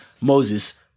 Moses